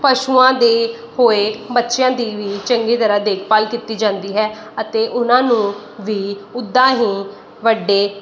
ਪਸ਼ੂਆਂ ਦੇ ਹੋਏ ਬੱਚਿਆਂ ਦੀ ਵੀ ਚੰਗੀ ਤਰ੍ਹਾਂ ਦੇਖਭਾਲ ਕੀਤੀ ਜਾਂਦੀ ਹੈ ਅਤੇ ਉਨ੍ਹਾਂ ਨੂੰ ਵੀ ਉੱਦਾਂ ਹੀ ਵੱਡੇ